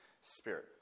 Spirit